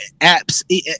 apps